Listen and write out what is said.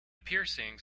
piercings